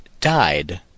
died